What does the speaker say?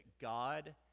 God